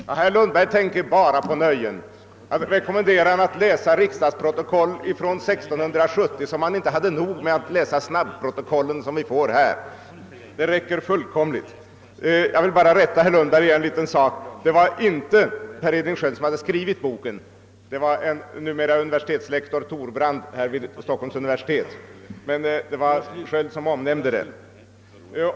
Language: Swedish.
Herr talman! Herr Lundberg tänker bara på nöjen. Han rekommenderar mig att läsa riksdagsprotokoll från 1670 — som om man inte hade nog med snabbprotokollen från i år. Det räcker ju fullkomligt. Jag vill bara rätta herr Lundberg på en punkt — det var inte Per Edvin Sköld som skrev boken utan numera universitetslektor Torbrand vid Stockholms universitet, men det var Sköld som omnämnde saken.